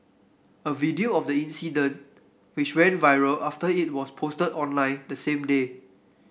a video of the incident which went viral after it was posted online the same day